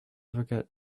forget